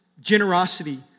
generosity